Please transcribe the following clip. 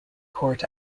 court